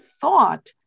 thought